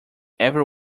ever